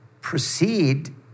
proceed